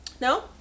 No